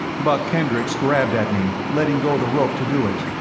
buck kendricks grabbed at me, letting go the rope to do it,